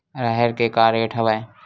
राहेर के का रेट हवय?